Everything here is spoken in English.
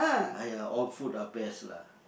!aiya! all food are best lah